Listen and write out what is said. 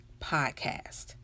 Podcast